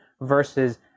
versus